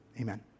amen